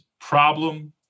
problem